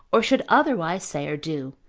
or should otherwise say or do,